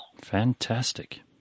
Fantastic